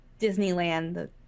Disneyland